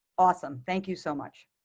awesome. thank you so much.